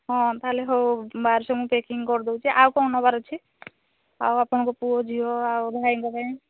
ହଁ ତାହେଲେ ହଉ ମାଲ୍ ସବୁ ମୁଁ ପ୍ୟାକିଙ୍ଗ୍ କରିଦେଉଛି ଆଉ କଣ ନେବାର ଅଛି ଆଉ ଆପଣଙ୍କ ପୁଅ ଝିଅ ଆଉ ଭାଇଙ୍କ ପାଇଁ